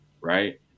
Right